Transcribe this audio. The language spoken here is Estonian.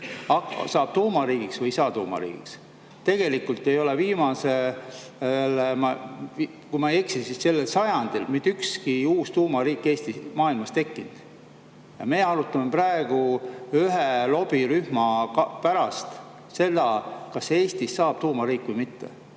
saab tuumariigiks või ei saa tuumariigiks. Tegelikult ei ole, kui ma ei eksi, sellel sajandil mitte ühtki uut tuumariiki maailmas tekkinud. Me arutame praegu ühe lobirühma pärast seda, kas Eestist saab tuumariik või mitte.